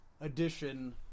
edition